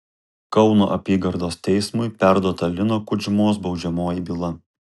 kauno apygardos teismui perduota lino kudžmos baudžiamoji byla